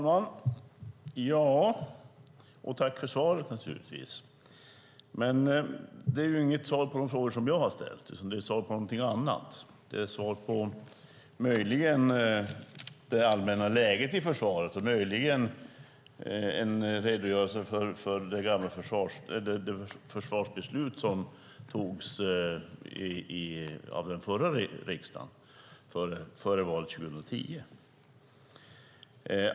Herr talman! Jag tackar ministern för svaret. Det är dock inget svar på de frågor som jag har ställt utan ett svar på något annat. Det är möjligen ett svar om det allmänna läget i försvaret och en redogörelse för det försvarsbeslut som togs av riksdagen före valet 2010.